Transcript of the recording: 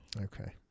Okay